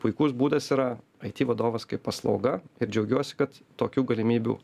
puikus būdas yra aiti vadovas kaip paslauga ir džiaugiuosi kad tokių galimybių